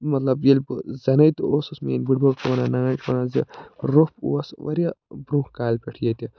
مطلب ییٚلہِ بہٕ زٮ۪نٕے تہِ اوسُس میٲنۍ بُڈبَب چھِ وَنان نانۍ مان ژٕ روٚف اوس واریاہ برونٛہہ کالہِ پٮ۪ٹھ ییٚتہِ